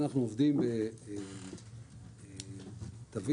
אבל חלק